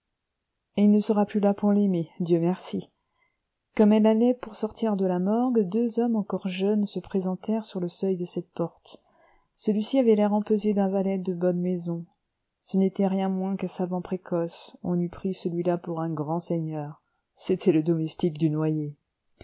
l'aise il ne sera plus là pour l'aimer dieu merci comme elle allait pour sortir de la morgue deux hommes encore jeunes se présentèrent sur le seuil de cette porte celui-ci avait l'air empesé d'un valet de bonne maison ce n'était rien moins qu'un savant précoce on eût pris celui-là pour un grand seigneur c'était le domestique du noyé